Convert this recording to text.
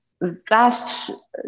vast